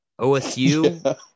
osu